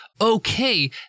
okay